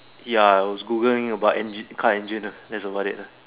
ya I was Googling about engine car engine lah that's about it ah